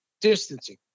distancing